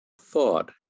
thought